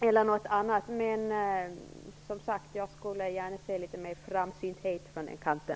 Jag skulle som sagt gärna se litet mer framsynthet från den kanten.